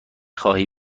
خواهی